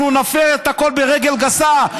אנחנו נפר את הכול ברגל גסה.